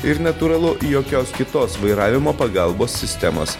ir natūralu jokios kitos vairavimo pagalbos sistemos